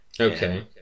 Okay